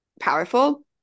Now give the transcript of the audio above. powerful